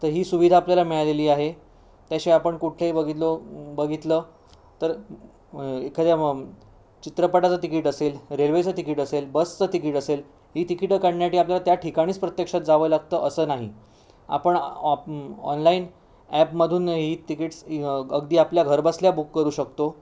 तर ही सुविधा आपल्याला मिळालेली आहे त्याशिवाय आपण कुठेही बघितलं बघितलं तर एखाद्या चित्रपटाचं तिकीट असेल रेल्वेचं तिकीट असेल बसचं तिकीट असेल ही तिकिटं काढण्यासाठी आपल्याला त्या ठिकाणीच प्रत्यक्षात जावं लागतं असं नाही आपण ऑप ऑनलाईन ॲपमधून ही तिकिट्स अगदी आपल्या घरबसल्या बुक करू शकतो